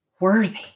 worthy